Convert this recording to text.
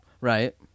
Right